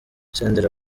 senderi